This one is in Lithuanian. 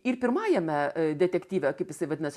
ir pirmajame detektyve kaip jisai vadinasi